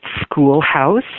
schoolhouse